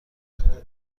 نکن